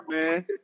man